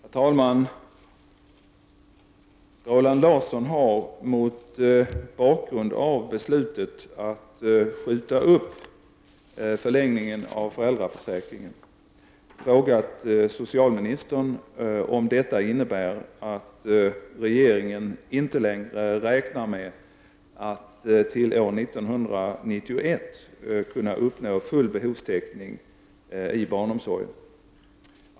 Herr talman! Roland Larsson har, mot bakgrund av beslutet att skjuta upp förlängningen av föräldraförsäkringen, frågat socialministern om detta innebär att regeringen inte längre räknar med att till år 1991 kunna uppnå full behovstäckning i barnomsorgen.